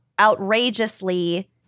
Outrageously